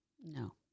No